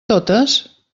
totes